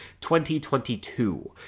2022